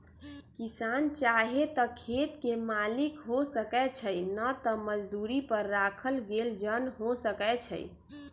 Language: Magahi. किसान चाहे त खेत के मालिक हो सकै छइ न त मजदुरी पर राखल गेल जन हो सकै छइ